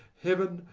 heaven,